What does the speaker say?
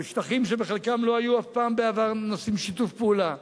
בשטחים שבחלקם לא היו אף פעם בעבר נושאים לשיתוף פעולה.